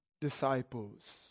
disciples